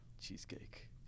Cheesecake